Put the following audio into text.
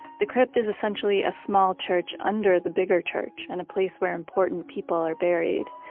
the crypt is essentially a small church under the bigger church and a place where important people are buried.